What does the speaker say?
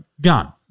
gun